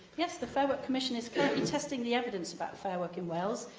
yes, the fair work commission is currently testing the evidence about fair work in wales.